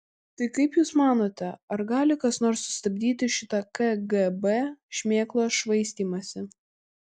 tai kaip jūs manote ar gali kas nors sustabdyti šitą kgb šmėklos švaistymąsi